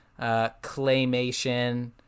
claymation